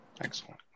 excellent